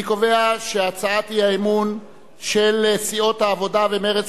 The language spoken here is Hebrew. אני קובע שהצעת האי-אמון של סיעות העבודה ומרצ,